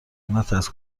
نترس